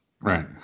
Right